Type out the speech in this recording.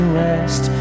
west